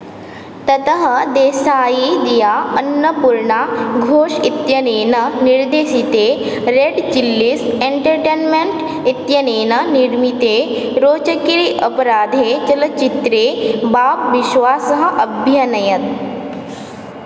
ततः देसायी दिया अन्नपूर्णा घोष् इत्यनेन निर्देशिते रेड् चिल्लीस् एण्टर्टैन्मेण्ट् इत्यनेन निर्मिते रोचके अपराधे चलच्चित्रे बाब् विश्वासः अभ्यनयत्